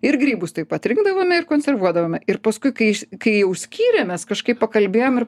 ir grybus taip pat rinkdavome ir konservuodavome ir paskui kai kai jau skyrėmės kažkaip pakalbėjom ir